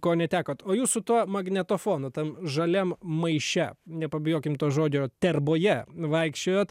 ko netekot o jūs su tuo magnetofonu tam žaliam maiše nepabijokime to žodžio terboje vaikščiojot